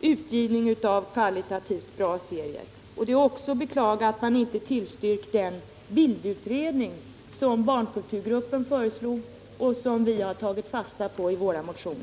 utgivning av kvalitativt bra serier. Det är också att beklaga att man inte tillstyrkt den bildutredning som barnkulturgruppen föreslog och som vi har tagit fasta på i våra motioner.